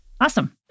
Awesome